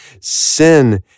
sin